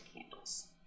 candles